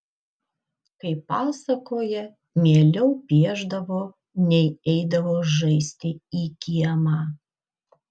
kaip pasakoja mieliau piešdavo nei eidavo žaisti į kiemą